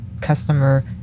customer